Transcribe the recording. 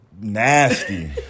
Nasty